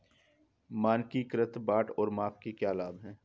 मानकीकृत बाट और माप के क्या लाभ हैं?